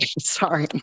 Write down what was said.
sorry